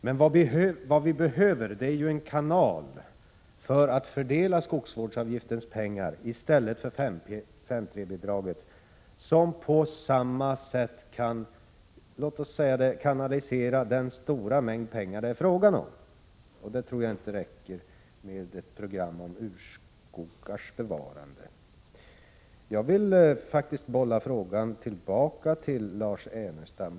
Men vad vi behöver är ju en kanal för att fördela skogsvårdsavgiftens medel, för att på samma sätt som 5:3-bidraget kanalisera den stora mängd pengar det är fråga om. Och då tror jag inte att det räcker med ett program för urskogars bevarande. Jag vill faktiskt bolla frågan tillbaka till Lars Ernestam.